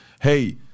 hey